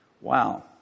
Wow